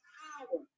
power